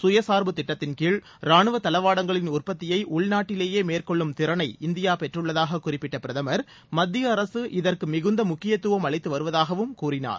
சுயசார்பு திட்டத்தின்கீழ் ராணுவ தளவாடங்களின் உற்பத்தியை உள்நாட்டிலேயே மேற்கொள்ளும் இந்தியா பெற்றுள்ளதாக குறிப்பிட்ட பிரதமர் மத்திய அரசு இதற்கு மிகுந்த முக்கியத்துவம் திறனை அளித்து வருவதாகவும் கூறினார்